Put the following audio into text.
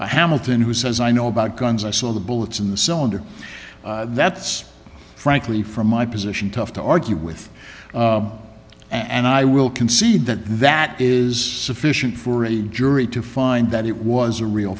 hamilton who says i know about guns i saw the bullets in the cylinder that's frankly from my position tough to argue with and i will concede that that is sufficient for a jury to find that it was a real